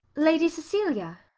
lady cecilia?